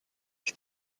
ich